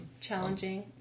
challenging